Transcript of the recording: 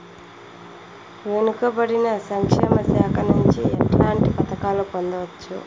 వెనుక పడిన సంక్షేమ శాఖ నుంచి ఎట్లాంటి పథకాలు పొందవచ్చు?